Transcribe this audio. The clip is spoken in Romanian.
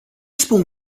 spun